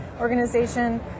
organization